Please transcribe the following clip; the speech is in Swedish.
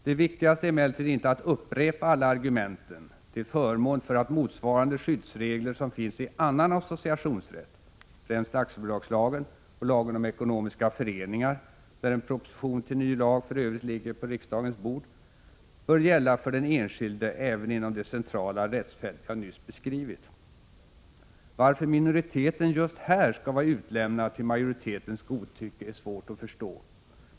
Det viktigaste är emellertid inte att upprepa alla argumenten till förmån för att motsvarande skyddsregler som finns i annan associationsrätt — främst aktiebolagslagen och lagen om ekonomiska föreningar, där en proposition till ny lag för övrigt ligger på riksdagens bord — bör gälla för den enskilde även inom det centrala rättsfält jag nyss beskrivit. Varför minoriteten just här skall vara utlämnad till majoritetens godtycke är svårt att förstå.